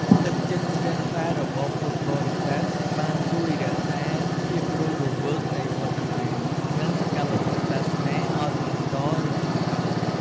ទឹកចិត្តជ្រះថ្លារបស់ពុទ្ធបរិស័ទបានជួយរក្សាភាពរស់រវើកនៃវត្តអារាម និងសកម្មភាពសាសនាឱ្យបន្តរីកចម្រើន។